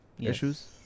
issues